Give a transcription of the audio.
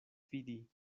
fidi